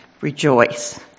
rejoice